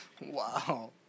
Wow